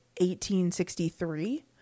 1863